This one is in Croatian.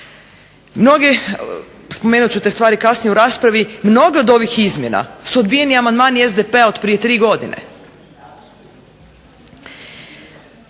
Mnogi, spomenut ću te stvari kasnije u raspravi, mnoge od ovih izmjena su odbijeni amandmani SDP-a od prije tri godine.